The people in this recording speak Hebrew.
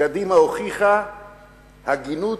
קדימה הוכיחה הגינות,